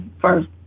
first